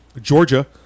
Georgia